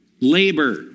labor